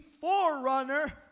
forerunner